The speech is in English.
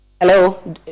hello